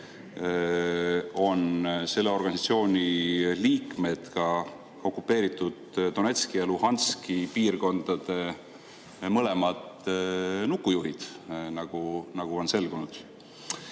on selle organisatsiooni liikmed okupeeritud Donetski ja Luhanski piirkonna nukujuhid, nagu on selgunud.